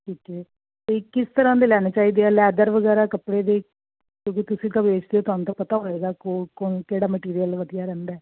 ਇਥੇ ਤੇ ਕਿਸ ਤਰ੍ਹਾਂ ਦੇ ਲੈਣੇ ਚਾਹੀਦੇ ਆ ਲੈਦਰ ਵਗੈਰਾ ਕੱਪੜੇ ਦੇ ਜਦੋਂ ਤੁਸੀਂ ਤਾਂ ਵੇਚਦੇ ਹੋ ਤੁਹਾਨੂੰ ਤਾਂ ਪਤਾ ਹੋਏਗਾ ਕਿਹੜਾ ਮਟੀਰੀਅਲ ਵਧੀਆ ਰਹਿੰਦਾ